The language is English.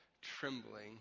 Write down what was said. trembling